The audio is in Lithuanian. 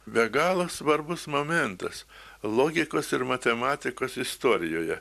be galo svarbus momentas logikos ir matematikos istorijoje